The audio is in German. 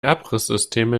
abrisssysteme